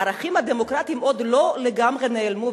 הערכים הדמוקרטיים עוד לא לגמרי נעלמו.